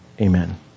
Amen